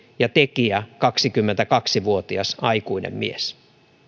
ja tekijä kaksikymmentäkaksi vuotias aikuinen mies